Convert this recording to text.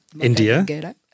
India